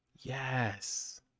Yes